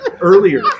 Earlier